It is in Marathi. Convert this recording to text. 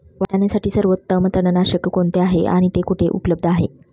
वाटाण्यासाठी सर्वोत्तम तणनाशक कोणते आहे आणि ते कुठे उपलब्ध आहे?